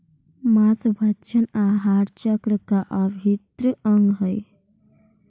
माँसभक्षण आहार चक्र का अभिन्न अंग हई